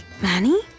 Manny